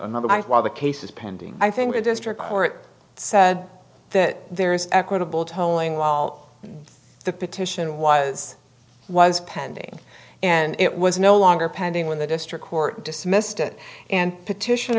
another while the case is pending i think the district court said that there is equitable tolling while the petition was was pending and it was no longer pending when the district court dismissed it and petition